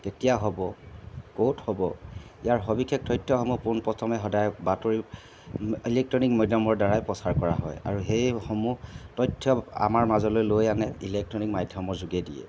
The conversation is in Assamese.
কেতিয়া হ'ব ক'ত হ'ব ইয়াৰ সবিশেষ তথ্যসমূহ পোনপ্ৰথমে সদায় বাতৰি ইলেক্ট্ৰনিক মিডিয়ামৰ দ্বাৰাই প্ৰচাৰ কৰা হয় আৰু সেইসমূহ তথ্য আমাৰ মাজলৈ লৈ আনে ইলেক্ট্ৰনিক মাধ্যমৰ যোগেদিয়ে